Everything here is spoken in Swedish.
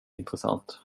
intressant